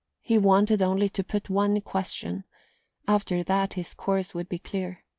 he wanted only to put one question after that his course would be clear.